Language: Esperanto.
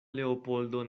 leopoldo